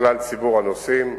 לכלל הנוסעים.